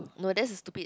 no that's a stupid